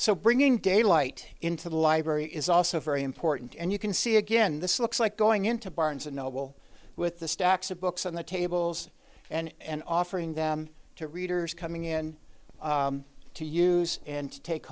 so bringing daylight into the library is also very important and you can see again this looks like going into barnes and noble with the stacks of books on the tables and offering them to readers coming in to use and t